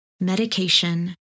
medication